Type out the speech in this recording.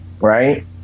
right